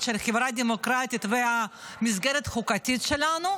של חברה דמוקרטית והמסגרת החוקתית שלנו,